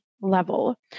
level